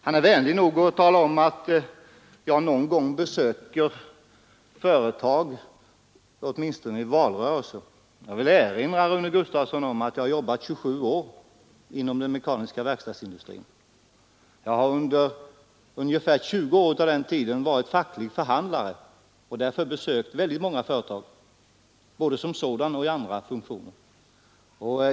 Han är vänlig nog att tala om att jag någon gång besöker företag, åtminstone i valrörelser. Jag vill erinra Rune Gustavsson om att jag har jobbat 27 år inom den mekaniska verkstadsindustrin. Under ungefär 20 år av den tiden har jag varit facklig förhandlare och besökt väldigt många företag — både i den funktionen och i andra funktioner.